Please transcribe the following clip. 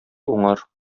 уңар